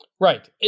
Right